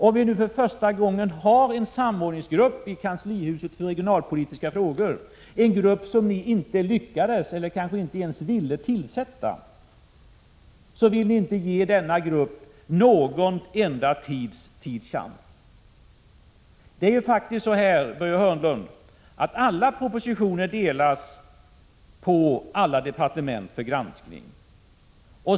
När vi för första gången har en samordningsgrupp i kanslihuset för regionalpolitiska frågor — en grupp som inte ni lyckades, eller kanske inte ens ville, tillsätta — vill ni inte ge denna grupp någon tid. Börje Hörnlund, alla propositioner delas till alla departement för granskning.